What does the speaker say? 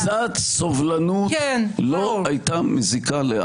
קצת סובלנות לא הייתה מזיקה לאף אחד.